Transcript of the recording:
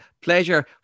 pleasure